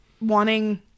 wanting